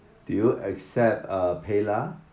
do you accept uh PayLah